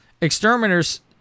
Exterminators